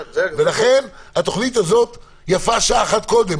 לכן התוכנית הזאת, יפה שעה אחת קודם.